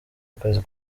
akazi